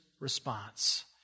response